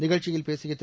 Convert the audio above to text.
நிகழ்ச்சியில் பேசிய திரு